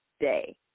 day